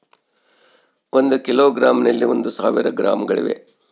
ಒಂದು ಕಿಲೋಗ್ರಾಂ ನಲ್ಲಿ ಒಂದು ಸಾವಿರ ಗ್ರಾಂಗಳಿವೆ